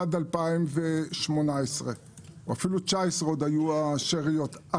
עד 2018. אפילו ב-2019 היו עוד שאריות.